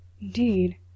Indeed